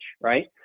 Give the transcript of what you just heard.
right